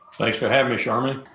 thanks for having me, sharmini.